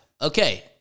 Okay